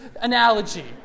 analogy